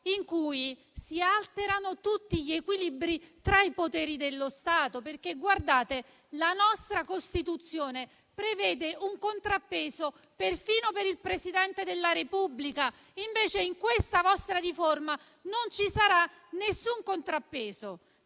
in cui si alterano tutti gli equilibri tra i poteri dello Stato. La nostra Costituzione prevede un contrappeso perfino per il Presidente della Repubblica, invece in questa vostra riforma non ci sarà nessun contrappeso.